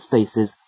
spaces